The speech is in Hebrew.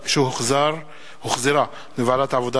שהחזירה ועדת העבודה,